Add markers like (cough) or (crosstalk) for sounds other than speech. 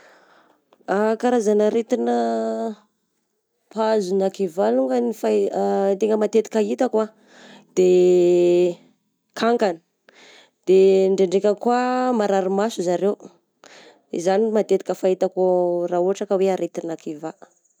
A karazagna aretigna mpahazo gna kivà longagny ah, (hesitation) tegna matetika hitako ah de kankana, de ndraindraika koa marary maso zareo, izany matetika fahitako raha ohatra ka hoe aretigna kivà.